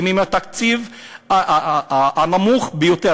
עם התקציב הנמוך ביותר,